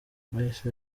bahise